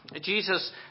Jesus